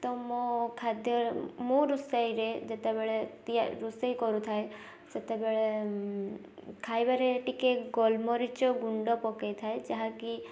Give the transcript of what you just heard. ତ ମୋ ଖାଦ୍ୟ ମୋ ରୋଷେଇରେ ଯେତେବେଳେ ରୋଷେଇ କରୁଥାଏ ସେତେବେଳେ ଖାଇବାରେ ଟିକେ ଗୋଲମରିଚ ଗୁଣ୍ଡ ପକାଇଥାଏ ଯାହା କି